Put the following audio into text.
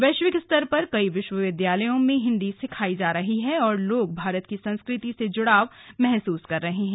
वैश्विक स्तर पर कई विश्वविद्यालयों में हिन्दी सिखाई जा रही है और लोग भारत की संस्कृति से जुड़ाव महसूस कर रहे हैं